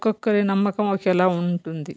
ఒక్కొక్కరి నమ్మకం ఒకేలా ఉంటుంది